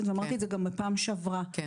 ואמרתי את זה גם בפעם שעברה - אני